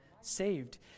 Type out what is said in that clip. saved